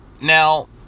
Now